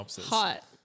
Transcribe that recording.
Hot